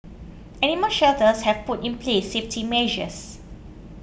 animal shelters have put in place safety measures